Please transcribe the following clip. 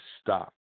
stop